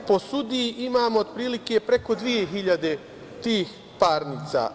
Po sudiji imamo otprilike preko dve hiljade tih parnica.